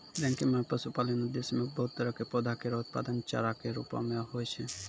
ranking म पशुपालन उद्देश्य सें बहुत तरह क पौधा केरो उत्पादन चारा कॅ रूपो म होय छै